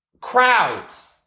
Crowds